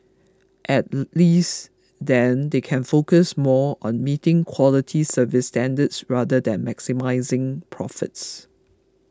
at least then they can focus more on meeting quality service standards rather than maximising profits